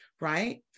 right